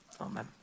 amen